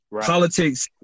politics